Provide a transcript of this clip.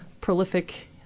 prolific